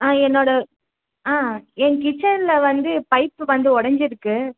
ஆ என்னோடய ஆ என் கிட்சனில் வந்து பைப்பு வந்து உடஞ்சிருக்கு